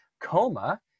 coma